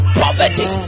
poverty